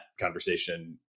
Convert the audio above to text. conversation